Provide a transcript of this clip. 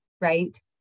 right